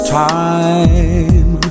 time